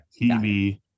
TV